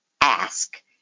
Ask